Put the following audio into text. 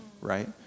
right